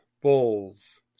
bulls